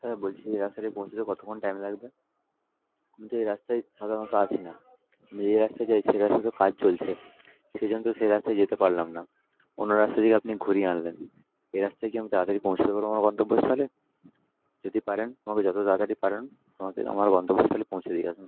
হ্যাঁ বলছি এই রাস্তা দিয়ে পৌঁছতে কতক্ষণ টাইম লাগবে আমি তো এই রাস্তায় সাধারণত আসি না আমি যে রাস্তায় যাই সেই রাস্তায় তো কাজ চলছে সেই জন্য তো সেই রাস্তায় যেতে পারলাম না অন্য রাস্তার দিকে আপনি ঘুরিয়ে আনলেন এই রাস্তায় কি আমি তাড়াতাড়ি পৌঁছতে পারব আমার গন্তব্যস্থলে যদি পারেন আমাকে যত তাড়াতাড়ি পারেন আমাদের আমার গন্তব্যস্থলে পৌঁছে দিয়ে আসুন